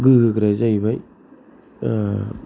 गोहो होग्रा जाहैबाय